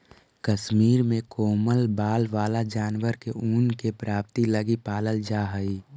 कश्मीर में कोमल बाल वाला जानवर के ऊन के प्राप्ति लगी पालल जा हइ